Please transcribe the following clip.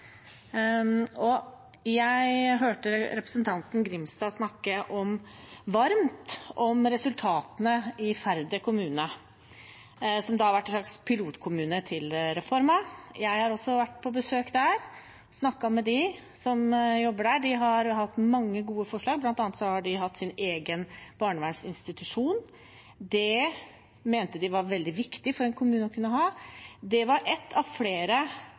Jeg hørte representanten Grimstad snakke varmt om resultatene i Færder kommune, som har vært en slags pilotkommune for reformen. Jeg har også vært på besøk der og snakket med dem som jobber der. De har hatt mange gode forslag, bl.a. har de hatt sin egen barnevernsinstitusjon. Det mente de var veldig viktig for en kommune å kunne ha. Det var én av